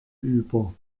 über